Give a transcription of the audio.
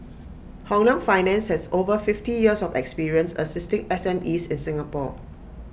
Hong Leong finance has over fifty years of experience assisting S M Es in Singapore